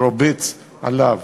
הרובץ עליו.